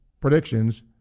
predictions